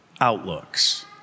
outlooks